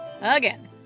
again